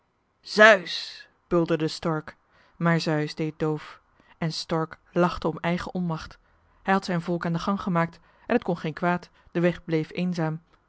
zeus bulderde stork maar zeus deed doof en stork lachte om eigen onmacht hij had zijn volk aan den gang gemaakt en t kon geen kwaad de weg bleef eenzaam